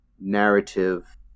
narrative